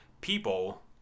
people